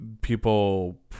people